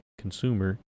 consumer